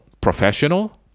professional